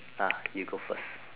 ah you go first